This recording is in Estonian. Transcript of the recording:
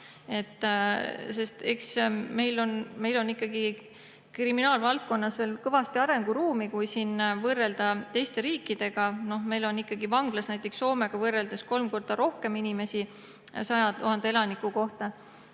eks meil on kriminaalvaldkonnas veel kõvasti arenguruumi, kui võrrelda teiste riikidega. Meil on vanglas näiteks Soomega võrreldes kolm korda rohkem inimesi 100 000 elaniku kohta.